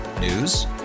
News